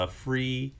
free